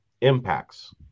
impacts